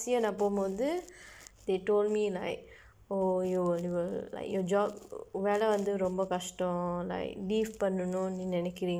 year நான் போபோது:naan poopoothu they told me like oh you will you will like your job வேலை வந்து ரொம்ப கஷ்டம்:veelai vandthu rompa kashdam like leave பண்ணனும் நீ நினைக்கிற:pannanum nee ninaikkira